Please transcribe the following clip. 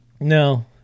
No